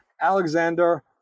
Alexander